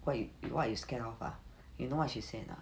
what you what you scared of ah you know what she said ah not ah